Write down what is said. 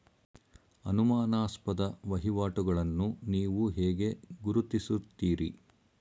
ಅನುಮಾನಾಸ್ಪದ ವಹಿವಾಟುಗಳನ್ನು ನೀವು ಹೇಗೆ ಗುರುತಿಸುತ್ತೀರಿ?